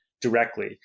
directly